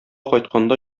кайтканда